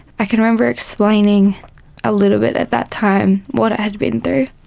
i can remember explaining a little bit at that time what i'd been through,